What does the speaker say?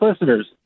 listeners